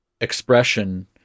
expression